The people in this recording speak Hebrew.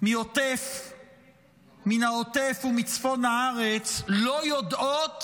מן העוטף ומצפון הארץ לא יודעות